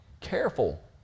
careful